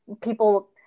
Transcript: people